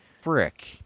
Frick